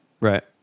Right